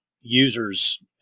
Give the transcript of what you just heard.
users